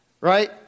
Right